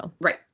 right